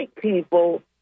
people